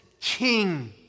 King